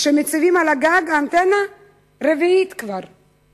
כשמציבים על הגג את האנטנה הרביעית כבר,